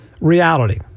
reality